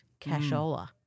cashola